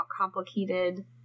complicated